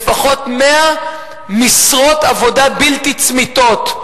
יש שם לפחות 100 משרות עבודה בלתי צמיתות,